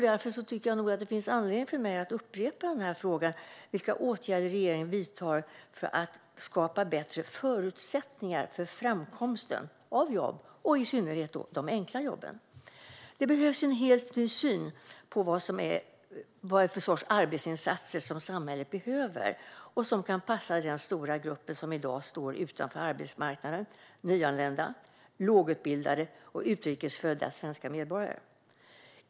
Därför tycker jag nog att det finns anledning för mig att upprepa frågan: Vilka åtgärder vidtar regeringen för att skapa bättre förutsättningar för framkomsten av jobb, i synnerhet enkla jobb? Det behövs en helt ny syn på vad för sorts arbetsinsatser som samhället behöver och som kan passa den stora grupp som i dag står utanför arbetsmarknaden. Det gäller nyanlända, lågutbildade och utrikes födda svenska medborgare.